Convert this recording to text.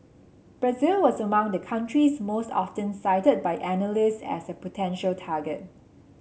Brazil was among the countries most often cited by analysts as a potential target